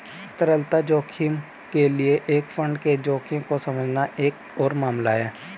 तरलता जोखिम के लिए एक फंड के जोखिम को समझना एक और मामला है